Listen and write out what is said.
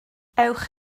ewch